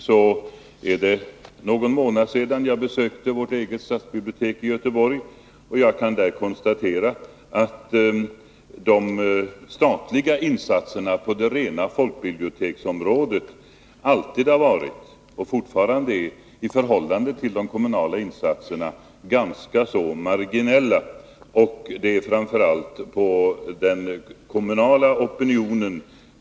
Ja, för någon månad sedan besökte jag stadsbiblioteket i Göteborg. Jag kan i detta sammanhang konstatera att de statliga insatserna på just folkbiblioteksområdet alltid har varit, och fortfarande är, ganska marginella i förhållande till de kommunala insatserna. Om folkbiblioteken skall kunna leva vidare beror framför allt på den kommunala opinionen.